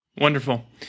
Wonderful